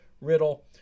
Riddle